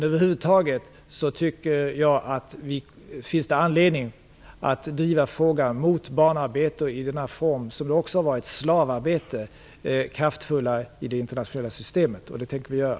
Över huvud taget tycker jag att det finns anledning att driva kampen mot barnarbete i denna form, som också har varit slavarbete, kraftfullare i det internationella systemet. Det tänker vi göra.